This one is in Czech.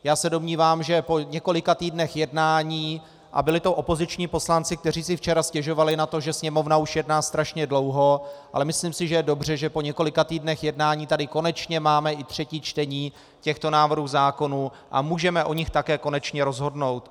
Já se domnívám, že po několika týdnech jednání, a byli to opoziční poslanci, kteří si včera stěžovali na to, že Sněmovna už jedná strašně dlouho, ale myslím si, že je dobře, že po několika týdnech jednání tady konečně máme i třetí čtení těchto návrhů zákonů a můžeme o nich také konečně rozhodnout.